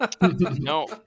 No